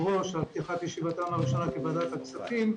ראש על פתיחת ישיבתם הראשונה בוועדת הכספים.